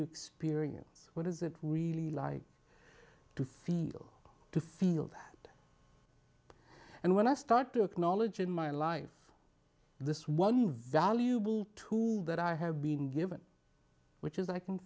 experience what is it really like to feel to feel and when i start to acknowledge in my life this one valuable tool that i have been given which is i can